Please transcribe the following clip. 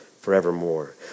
Forevermore